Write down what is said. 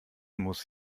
muss